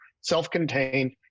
self-contained